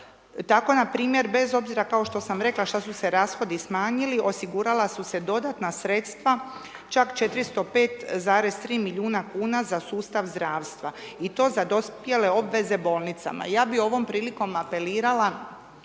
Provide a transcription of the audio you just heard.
Tako npr. bez obzira kao što sam rekla šta su se rashodi smanjili, osigurala su se dodatna sredstva, čak 405,3 milijuna kuna za sustav zdravstva i to sa dospjele obveze bolnicama. Ja bi ovom prilikom apelirala